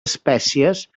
espècies